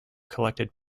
collected